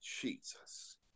Jesus